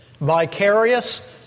vicarious